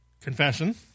confession